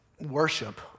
worship